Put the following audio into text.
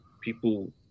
people